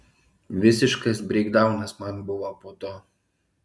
visiškas breikdaunas man buvo po to